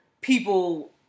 people